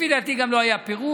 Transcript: לפי דעתי גם לא היה פירוט.